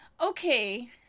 Okay